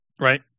right